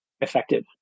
effective